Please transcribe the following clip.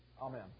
amen